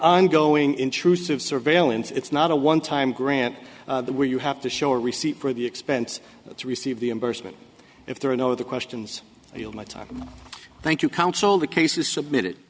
ongoing intrusive surveillance it's not a one time grant where you have to show a receipt for the expense to receive the embarrassment if there are no the questions my time thank you counsel the case is submitted